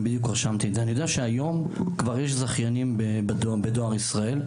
אני יודע שהיום כבר יש זכיינים בדואר ישראל.